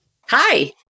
Hi